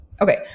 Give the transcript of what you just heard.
Okay